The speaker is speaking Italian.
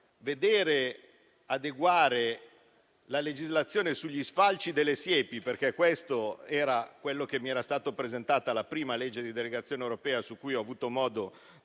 veder adeguare la legislazione sugli sfalci delle siepi (perché questo era quello che mi era stato presentato nella prima legge di delegazione europea su cui ho avuto modo di